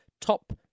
top